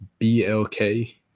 BLK